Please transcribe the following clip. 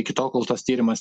iki tol kol tas tyrimas tai